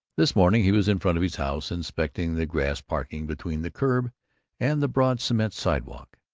this morning he was in front of his house, inspecting the grass parking between the curb and the broad cement sidewalk.